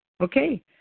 Okay